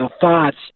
thoughts